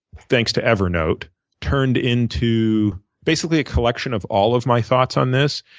thanks to evernote turned into basically a collection of all of my thoughts on this.